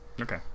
okay